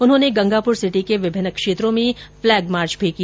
उन्होंने गंगापुरसिटी के विभिन्न क्षेत्रों में फूलैग मार्च भी किया